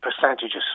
percentages